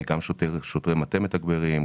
גם שוטרי מטה מתגברים,